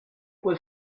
was